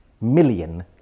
million